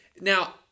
Now